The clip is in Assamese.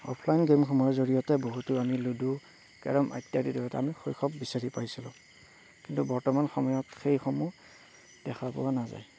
অফলাইন গেমসমূহৰ জৰিয়তে বহুতো আমি লুডু কেৰম ইত্যাদিৰ জৰিয়তে আমি শৈশৱ বিচাৰি পাইছিলোঁ কিন্তু বৰ্তমান সময়ত সেইসমূহ দেখা পোৱা নাযায়